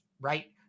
right